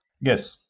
Yes